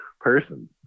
person